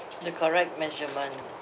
the correct measurement